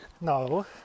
No